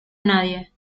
nadie